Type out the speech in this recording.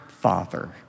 Father